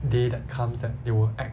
day that comes that they would axe